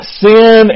sin